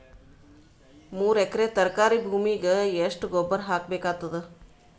ಮೂರು ಎಕರಿ ತರಕಾರಿ ಭೂಮಿಗ ಎಷ್ಟ ಗೊಬ್ಬರ ಹಾಕ್ ಬೇಕಾಗತದ?